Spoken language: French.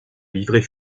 livret